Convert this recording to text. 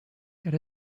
that